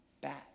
bad